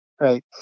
Right